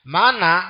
Mana